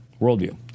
worldview